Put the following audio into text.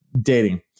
dating